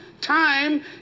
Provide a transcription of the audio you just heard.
Time